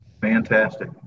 Fantastic